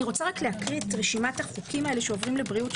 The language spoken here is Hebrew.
אני רוצה להקריא את רשימת החוקים שעוברים לבריאות,